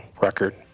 record